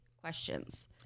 questions